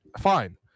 Fine